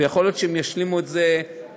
ויכול להיות שהם ישלימו את זה בעתיד,